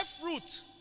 fruit